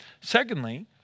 Secondly